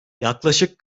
yaklaşık